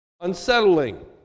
Unsettling